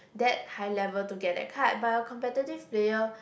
that high level to get that card but a competitive player